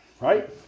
right